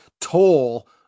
toll